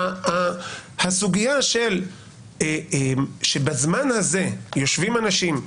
הסוגייה שבזמן הזה יושבים אנשים,